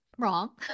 Wrong